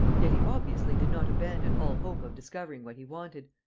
yet he obviously did not abandon all hope of discovering what he wanted,